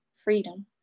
freedom